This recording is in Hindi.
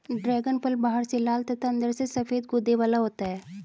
ड्रैगन फल बाहर से लाल तथा अंदर से सफेद गूदे वाला होता है